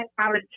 college